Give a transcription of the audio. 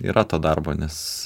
yra to darbo nes